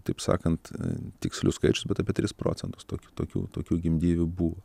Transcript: taip sakant tikslius skaičius bet apie tris procentus tokių tokių tokių gimdyvių buvo